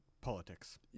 Politics